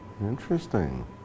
Interesting